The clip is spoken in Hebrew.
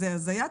זאת הזיה.